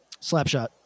Slapshot